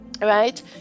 right